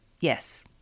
yes